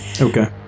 okay